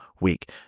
week